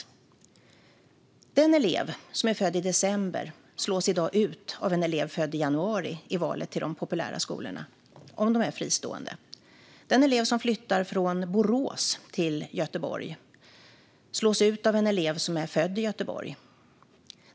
Den elev som är född i december slås i dag ut av en elev född i januari i valet till de populära fristående skolorna. Den elev som flyttar från Borås till Göteborg slås ut av en elev som är född i Göteborg.